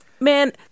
Man